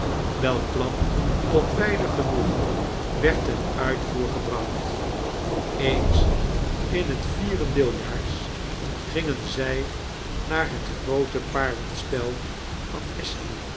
welk plan tot beider genoegen werd ten uitvoer gebracht eens in het vierendeeljaars gingen zij naar het groote paardenspel van